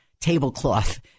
tablecloth